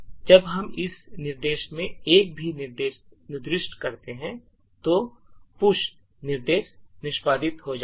जब हम इस निर्देश में एक भी निर्देश निर्दिष्ट करते हैं तो पुश निर्देश निष्पादित हो जाएगा